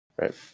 right